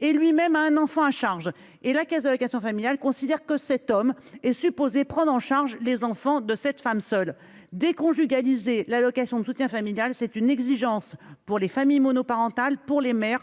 et lui-même à un enfant à charge et la caisse de location familial considère que cet homme est supposée prendre en charge les enfants de cette femme seule déconjugaliser l'allocation de soutien familial, c'est une exigence pour les familles monoparentales, pour les mères